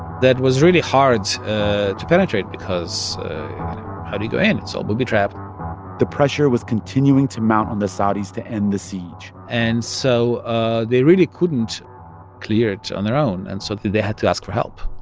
that was really hard ah to penetrate because how do you go in? it's all booby-trapped the pressure was continuing to mount on the saudis to end the siege and so ah they really couldn't clear it on their own, and so they had to ask for help.